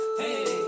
hey